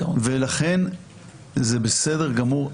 לכן זה בסדר גמור.